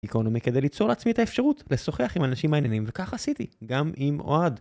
איקרונומי כדי ליצור לעצמי את האפשרות לשוחח עם אנשים מעניינים, וכך עשיתי גם עם אוהד